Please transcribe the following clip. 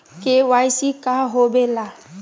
KYC का होवेला?